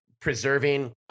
preserving